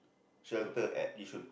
shelter at Yishun